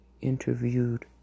interviewed